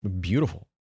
beautiful